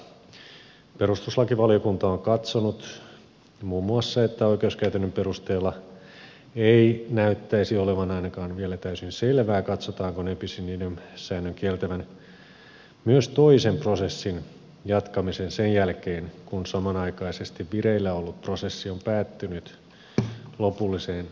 perustuslakivaliokunta on katsonut muun muassa että oikeuskäytännön perusteella ei näyttäisi olevan ainakaan vielä täysin selvää katsotaanko ne bis in idem säännön kieltävän myös toisen prosessin jatkamisen sen jälkeen kun samanaikaisesti vireillä ollut prosessi on päättynyt lopulliseen ratkaisuun